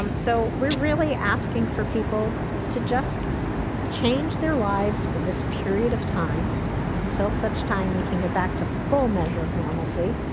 um so we're really asking for people to just change their lives for this period of time until such time we can go back to full measure of normalcy,